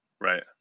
Right